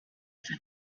for